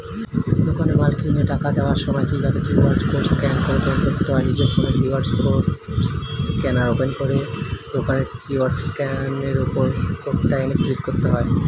দোকানে মাল কিনে টাকা দেওয়ার সময় কিভাবে কিউ.আর কোড স্ক্যান করে পেমেন্ট করতে হয়?